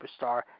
superstar